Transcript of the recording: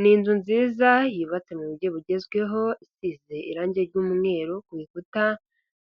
Ni inzu nziza yubatse mu buryo bugezweho, isize irangi ry'umweru kubita,